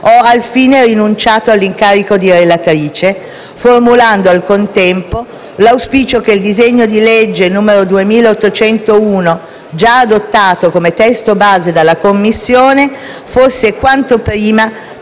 ho alfine rinunciato all'incarico di relatrice, formulando al contempo l'auspicio che il disegno di legge n. 2801, già adottato come testo base dalla Commissione, fosse quanto prima